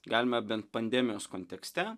galime bent pandemijos kontekste